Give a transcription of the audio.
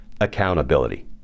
accountability